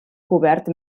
cobert